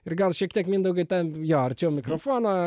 ir gal šiek tiek mindaugui ta jo arčiau mikrofono